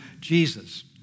Jesus